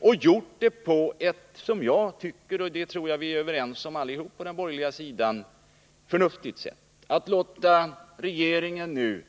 Man har gjort det på ett sätt som jag tycker är förnuftigt — och det tror jag att vi är överens om allihop på den borgerliga sidan. Man vill att regeringen